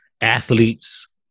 athletes